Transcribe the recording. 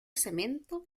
cemento